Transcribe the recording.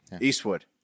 Eastwood